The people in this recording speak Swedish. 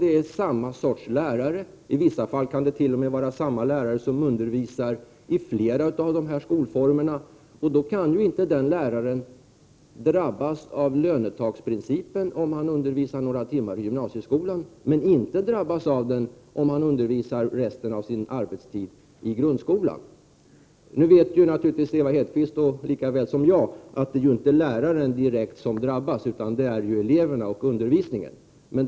De är fråga om samma typ av lärare, och det kan i vissa fall vara fråga om samma lärare som undervisar i flera av de här skolformerna. Den läraren kan ju inte drabbas av lönetaksprincipen om han undervisar några timmar i gymnasieskolan men undgå den om han under resten av sin arbetstid undervisar i grundskolan. Nu vet ju Ewa Hedkvist Petersen lika väl som jag att det inte är läraren som direkt drabbas utan det är eleverna och undervisningen.